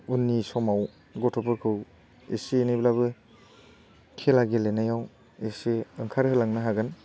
उननि समाव गथ'फोरखौ एसे एनैब्लाबो खेला गेलेनायाव एसे ओंखारहोलांनो हागोन